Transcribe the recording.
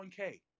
401k